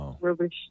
rubbish